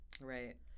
Right